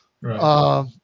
Right